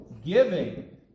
Giving